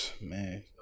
Man